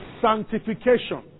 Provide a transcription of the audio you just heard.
sanctification